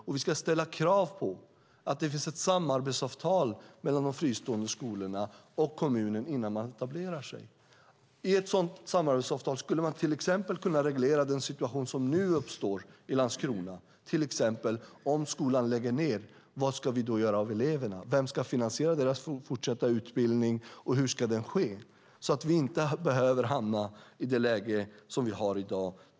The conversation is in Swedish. Och vi ska ställa krav på att det finns ett samarbetsavtal mellan de fristående skolorna och kommunen innan de etablerar sig. I ett sådant samarbetsavtal skulle man till exempel kunna reglera den situation som nu uppstår i Landskrona. Om skolan lägger ned, var ska vi då göra av eleverna? Vem ska finansiera deras fortsatta utbildning, och hur ska det ske? Då behöver vi inte hamna i det läge som vi har i dag.